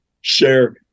share